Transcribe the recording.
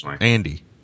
Andy